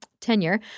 tenure